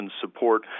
support